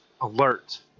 alert